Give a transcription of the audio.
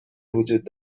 وجود